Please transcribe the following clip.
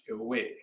away